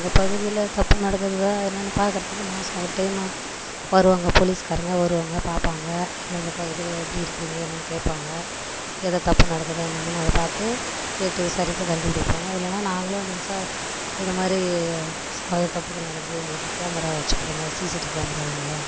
எங்கள் பகுதியில் தப்பு நடக்குதா என்னன்னு பாக்கிறதுக்கு மாசம் ஒரு டைமு வருவாங்க போலீஸ்காரங்க வருவாங்க பார்ப்பாங்க எந்தெந்த பகுதியில் எப்படி இருக்கீங்க என்னன்னு கேட்பாங்க ஏதாவது தப்பு நடக்குதா என்னம்மானு அதை பார்த்து கேட்டு விசாரித்து கண்டுபிடிப்பாங்க இல்லைன்னா நாங்களும் வந்து சார் இது மாதிரி தப்புகள் நடக்குது எங்களுக்கு கேமரா வைச்சி கொடுங்க சிசிடிவி கேமரா வையுங்க